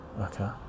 okay